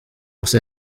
gusa